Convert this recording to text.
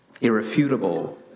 irrefutable